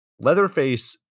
Leatherface